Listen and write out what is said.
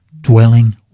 dwelling